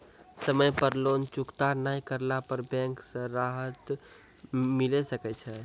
समय पर लोन चुकता नैय करला पर बैंक से राहत मिले सकय छै?